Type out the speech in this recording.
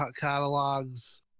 catalogs